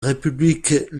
république